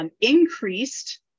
increased